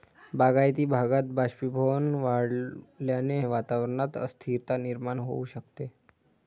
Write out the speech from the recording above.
बागायती भागात बाष्पीभवन वाढल्याने वातावरणात अस्थिरता निर्माण होऊ शकते